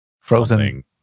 frozen